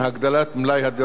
הגדלת מלאי הדירות),